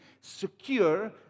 secure